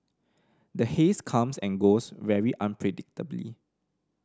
the haze comes and goes very unpredictably